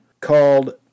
called